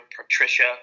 Patricia